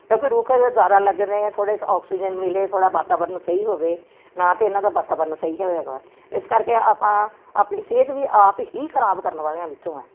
ਕਿਉਂਕਿ ਰੁੱਖ ਜਦੋਂ ਜਿਆਦਾ ਲੱਗਦੇ ਐ ਥੋੜੇ ਆਕਸੀਜਨ ਮਿਲੇ ਥੋੜਾ ਵਾਤਾਵਰਨ ਸਹੀ ਹੋਵੇ ਨਾ ਤੇ ਇਹਨਾਂ ਦਾ ਵਾਤਾਵਰਨ ਸਹੀ ਹੈਗਾ ਇਸ ਕਰਕੇ ਆਪਾਂ ਆਪਣੀ ਸਿਹਤ ਵੀ ਆਪ ਹੀ ਖਰਾਬ ਕਰਨ ਵਾਲਿਆ ਵਿਚੋ ਹੈ